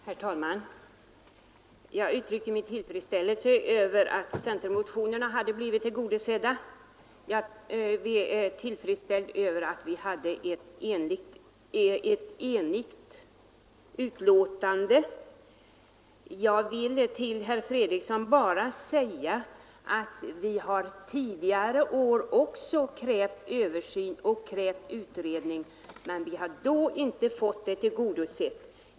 Herr talman! Jag uttryckte min tillfredsställelse över att centermotionerna blivit tillgodosedda. Jag var också till freds med att betänkandet i det här ärendet är enhälligt. Jag vill till herr Fredriksson bara säga att vi även tidigare år har krävt en översyn och en utredning, men då har vi inte fått kravet tillgodosett.